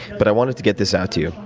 but i wanted to get this out to you.